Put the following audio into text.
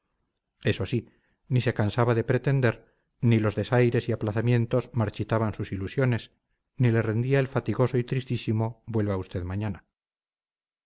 eso sí ni se cansaba de pretender ni los desaires y aplazamientos marchitaban sus ilusiones ni le rendía el fatigoso y tristísimo vuelva usted mañana